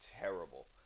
terrible